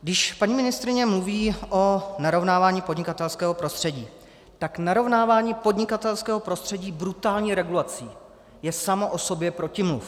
Když paní ministryně mluví o narovnávání podnikatelského prostředí, tak narovnávání podnikatelského prostředí brutální regulací je samo o sobě protimluv.